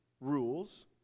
rules